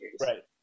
Right